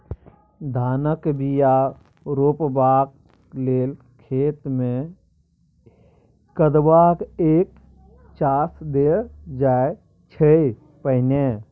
धानक बीया रोपबाक लेल खेत मे कदबा कए चास देल जाइ छै पहिने